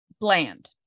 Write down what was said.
bland